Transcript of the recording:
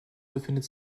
befindet